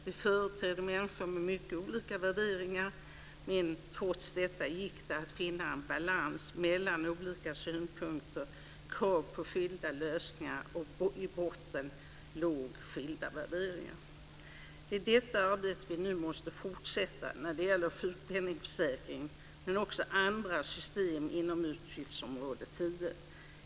Vi företrädde människor med mycket olika värderingar, men trots detta gick det att finna en balans mellan olika synpunkter och krav på skilda lösningar. I botten låg skilda värderingar. Det är detta arbete vi nu måste fortsätta när det gäller sjukpenningsförsäkring, men också när det gäller andra system inom utgiftsområde 10.